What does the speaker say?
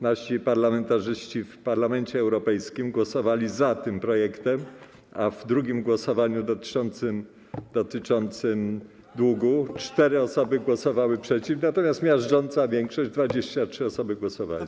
Nasi parlamentarzyści w Parlamencie Europejskim głosowali za tym projektem, a w drugim głosowaniu, dotyczącym długu, cztery osoby głosowały przeciw, natomiast miażdżąca większość, 23 osoby, głosowała za.